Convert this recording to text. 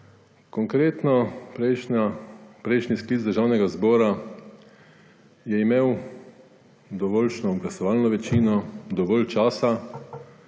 odpravimo. Prejšnji sklic Državnega zbora je imel dovoljšno glasovalno večino, dovolj časa,